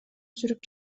сүрүп